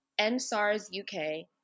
nsarsuk